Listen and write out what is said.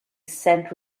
sent